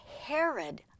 Herod